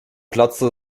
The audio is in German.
platzte